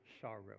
sorrow